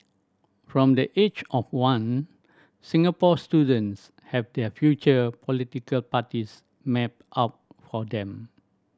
from the age of one Singapore students have their future political parties mapped out for them